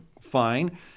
fine